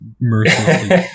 mercilessly